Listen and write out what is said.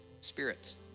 spirits